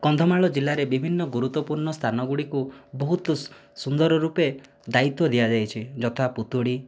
କନ୍ଧମାଳ ଜିଲ୍ଲାରେ ବିଭିନ୍ନ ଗୁରୁତ୍ଵପୂର୍ଣ୍ଣ ସ୍ଥାନଗୁଡ଼ିକୁ ବହୁତ ସୁନ୍ଦର ରୂପେ ଦାୟିତ୍ୱ ଦିଆଯାଇଛି ଯଥା ପୁତୁଡ଼ି